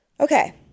Okay